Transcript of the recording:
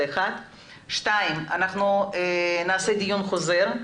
דבר שני, נקיים דיון חוזר.